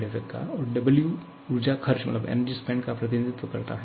Wऊर्जा खर्च का प्रतिनिधित्व करता है